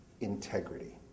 integrity